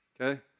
Okay